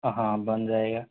हाँ बन जाएगा